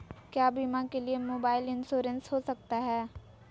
क्या बीमा के लिए मोबाइल इंश्योरेंस हो सकता है?